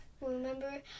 remember